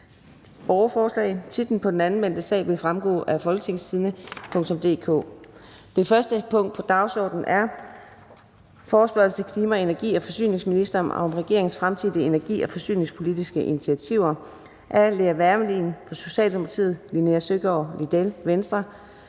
af forespørgsel nr. F 19: Forespørgsel til klima-, energi- og forsyningsministeren om regeringens fremtidige energi- og forsyningspolitiske initiativer. Af Lea Wermelin (S), Linea Søgaard-Lidell (V),